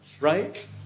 right